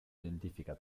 identifica